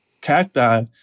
cacti